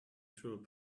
through